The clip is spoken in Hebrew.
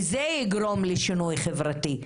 וזה יגרום לשינוי חברתי.